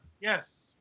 Yes